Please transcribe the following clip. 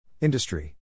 Industry